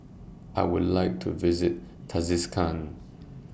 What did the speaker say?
I Would like to visit Tajikistan